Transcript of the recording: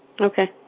Okay